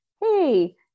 hey